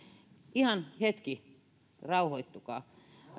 ihan hetki rauhoittukaa